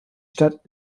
stadt